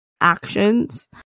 actions